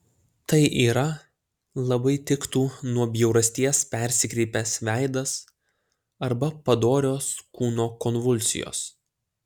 tai yra labai tiktų nuo bjaurasties persikreipęs veidas arba padorios kūno konvulsijos